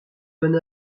bonne